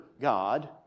God